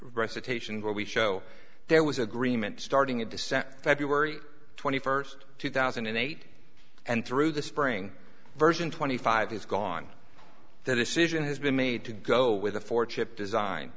recitation where we show there was agreement starting a descent february twenty first two thousand and eight and through the spring version twenty five has gone that this edition has been made to go with the four chip design